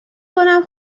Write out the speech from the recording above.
کنم